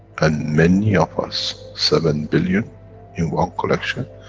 and many of us, seven billion in one collection.